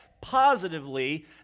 positively